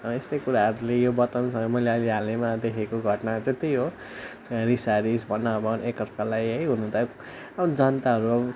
यस्तै कुराहरूले यो बताउनु छ मैले अहिले हालमा देखेको घटना चाहिँ त्यही हो रिसारिस भनाभन एकअर्कालाई है हुनु त अब जनताहरू अब